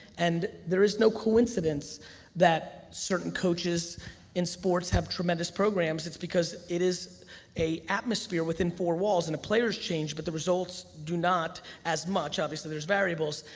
and there is no coincidence that certain coaches in sports have tremendous programs, it's because it is a atmosphere within four walls and the players change but the results do not as much, obviously, there's variables,